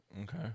Okay